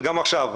וגם עכשיו.